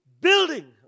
building